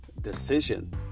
decision